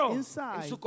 inside